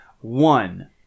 one